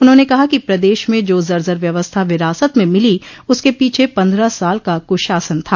उन्होंने कहा कि प्रदेश में जो जर्जर व्यवस्था विरासत में मिली उसके पीछे पन्द्रह साल का कुशासन था